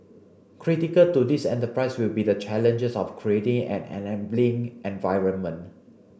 critical to this enterprise will be the challenges of creating an enabling environment